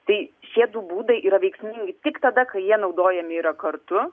tai šie du būdai yra veiksmingi tik tada kai jie naudojami yra kartu